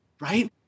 right